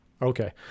Okay